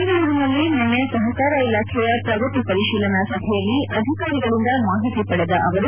ಬೆಂಗಳೂರಿನಲ್ಲಿ ನಿನ್ನೆ ಸಹಕಾರ ಇಲಾಖೆಯ ಪ್ರಗತಿ ಪರಿಶೀಲನಾ ಸಭೆಯಲ್ಲಿ ಅಧಿಕಾರಿಗಳಿಂದ ಮಾಹಿತಿ ಪಡೆದ ಅವರು